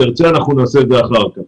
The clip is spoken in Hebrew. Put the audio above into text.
אם תרצה, נעשה את זה אחר כך.